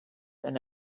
and